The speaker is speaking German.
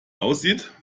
aussieht